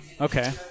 Okay